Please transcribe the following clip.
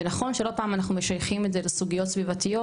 ונכון שלא פעם אנחנו משייכים את זה לסוגיות סביבתיות,